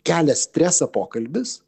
kelia stresą pokalbis